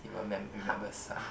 you will mem remember some